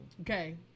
Okay